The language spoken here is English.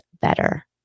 better